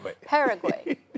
Paraguay